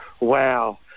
Wow